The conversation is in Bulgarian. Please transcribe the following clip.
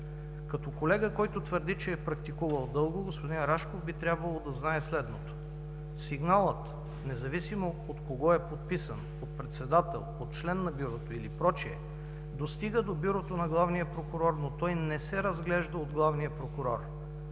Като колега, който твърди, че е практикувал дълго, господин Рашков би трябвало да знае следното: сигналът - независимо от кого е подписан – от председател, от член на Бюрото или прочие, достига до Бюрото на главния прокурор, но той не се разглежда от главния прокурор.